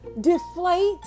deflate